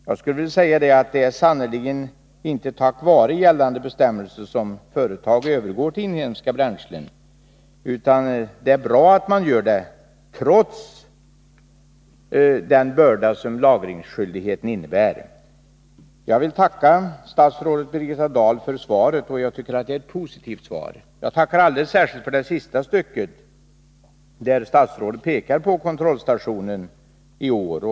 Jag skulle vilja säga att det sannerligen inte är tack vare gällande bestämmelser som företag övergår till inhemska bränslen; det är bra att de gör det trots den börda som lagringsskyldigheten innebär. Jag vill tacka statsrådet Birgitta Dahl för svaret och jag tycker att det är ett positivt svar. Jag tackar alldeles särskilt för det sista stycket, där statsrådet erinrar om 1983 års kontrollstation.